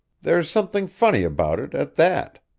there's something funny about it, at that.